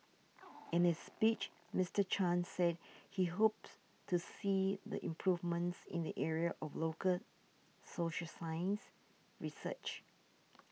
in his speech Mister Chan said he hopes to see the improvements in the area of local social science research